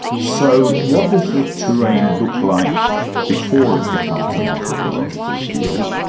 so what does the terrain look like before it becomes an anthropological field,